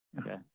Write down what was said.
okay